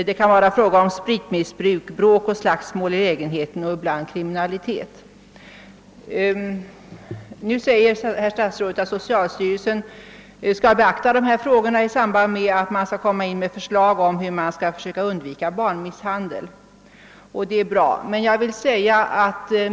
Det kan vara fråga om spritmissbruk, bråk och slagsmål i lägenheten och ibland kriminalitet. Statsrådet säger att socialstyrelsen skall beakta dessa frågor i samband med att förslag läggs fram beträffande hur man skall kunna undvika barnmisshandel. Det är bra.